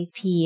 IP